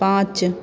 पाँच